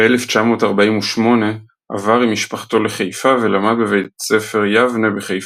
ב-1948 עבר עם משפחתו לחיפה ולמד בבית ספר "יבנה" בחיפה.